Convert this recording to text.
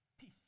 Peace